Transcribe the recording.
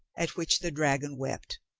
at which the dragon wept,